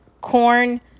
corn